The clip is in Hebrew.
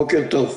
בוקר טוב.